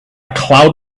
cloud